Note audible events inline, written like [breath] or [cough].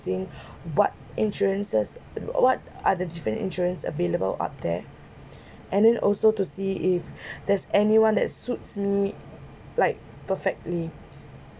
seeing [breath] what insurances uh what are the different insurance available out there [breath] and then also to see if [breath] there is any one that suits me like perfectly